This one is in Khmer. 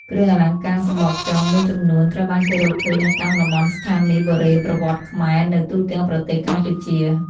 គ្រឿងអលង្ការសំបកខ្យងមួយចំនួនត្រូវបានគេរកឃើញនៅតាមតំបន់ស្ថានីយ៍បុរេប្រវត្តិខ្មែរ នៅទូទាំងប្រទេសកម្ពុជា។